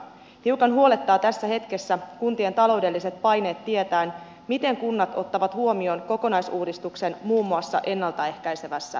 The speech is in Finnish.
hiukan huolettaa tässä hetkessä kuntien taloudelliset paineet tietäen miten kunnat ottavat huomioon kokonaisuudistuksen muun muassa ennalta ehkäisevässä työssään